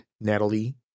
Natalie